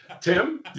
Tim